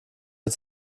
mit